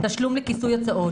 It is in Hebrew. תשלום לכיסוי הוצאות,